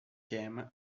game